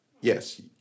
yes